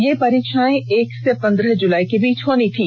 ये परीक्षाएं एक से पन्द्रह जुलाई के बीच होनी थी